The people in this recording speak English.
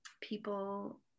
people